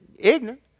ignorant